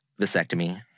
vasectomy